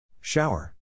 Shower